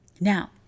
Now